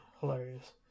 hilarious